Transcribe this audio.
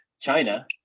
China